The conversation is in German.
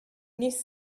nicht